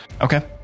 Okay